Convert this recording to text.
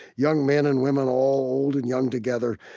young men and women, all old and young together.